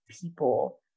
people